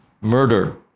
murder